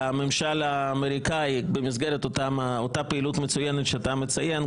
הממשל האמריקאי במסגרת אותה "פעילות מצוינת" שאתה מציין,